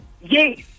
Yes